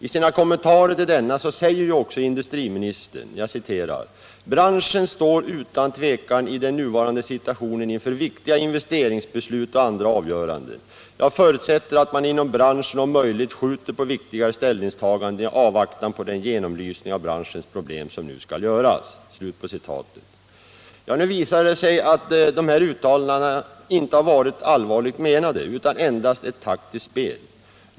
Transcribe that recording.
I sina kommentarer till denna säger ju också industriministern: ”Branschen står utan tvekan i den nuvarande situationen inför viktiga investeringsbeslut och andra avgöranden. Jag förutsätter att man inom branschen om möjligt skjuter på viktigare ställningstaganden i avvaktan på den genomlysning av branschens problem som nu skall göras.” Nu visar det sig att dessa uttalanden inte har varit allvarligt menade utan endast ett taktiskt spel.